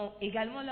également